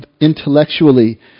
intellectually